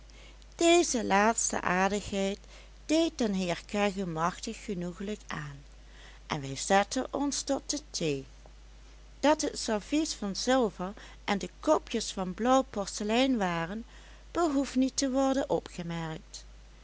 deze laatste aardigheid deed den heer kegge machtig genoeglijk aan en wij zetten ons tot de thee dat het servies van zilver en de kopjes van blauw porselein waren behoeft niet te worden opgemerkt